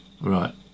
right